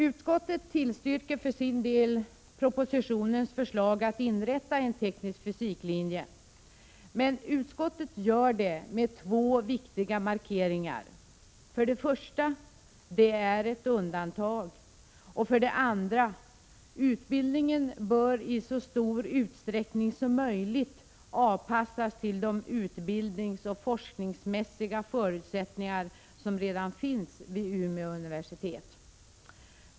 Utskottet tillstyrker för sin del förslaget i propositionen att inrätta en teknisk-fysiklinje. Men utskottet gör det med två viktiga markeringar. För det första: Det är ett undantag. Och för det andra: Utbildningen bör i så stor utsträckning som möjligt avpassas efter de utbildningsoch forskningsmässiga förutsättningar som redan finns vid Umeå universitet.